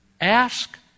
ask